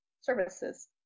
services